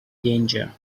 danger